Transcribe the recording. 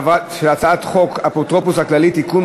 הצעת חוק האפוטרופוס הכללי (תיקון,